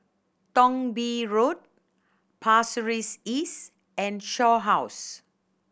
Thong Bee Road Pasir Ris East and Shaw House